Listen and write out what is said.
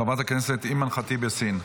חברת הכנסת אימאן ח'טיב יאסין,